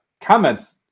comments